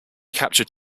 captured